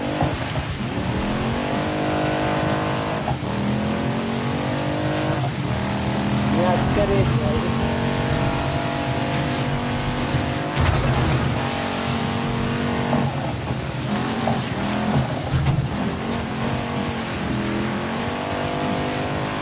जियां अस घरै गी आये दे हे